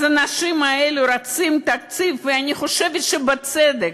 אז האנשים האלה רוצים תקציב, ואני חושבת שבצדק.